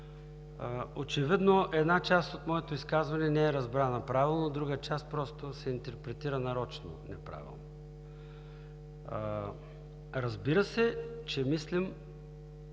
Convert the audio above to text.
Очевидно една част от моето изказване не е разбрана правилно, друга част просто се интерпретира нарочно неправилно. Разбира се, че мислим